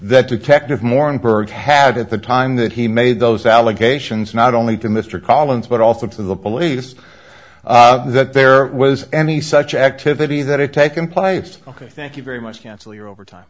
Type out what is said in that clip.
had at the time that he made those allegations not only to mr collins but also to the police that there was any such activity that had taken place ok thank you very much cancel your overtime